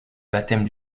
baptême